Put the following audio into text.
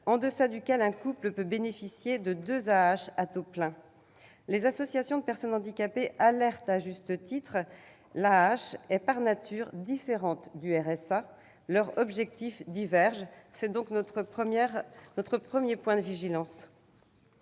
en deçà duquel un couple peut bénéficier de deux AAH à taux plein. Les associations de personnes handicapées alertent à juste titre. L'AAH est par nature différente du RSA et leurs objectifs divergent. C'est notre premier point de vigilance.